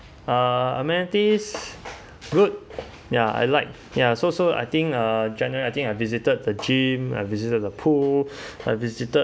uh amenities good ya I like ya so so I think uh january I think I visited the gym I visited the pool I visited